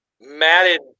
matted